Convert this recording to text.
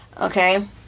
Okay